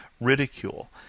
ridicule